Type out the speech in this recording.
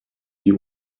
die